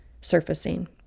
surfacing